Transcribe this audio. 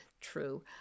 True